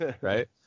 right